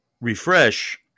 refresh